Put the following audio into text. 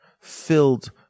filled